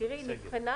היא נבחנה.